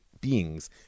beings